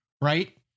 Right